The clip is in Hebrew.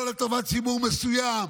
לא לטובת ציבור מסוים,